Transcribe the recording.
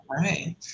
right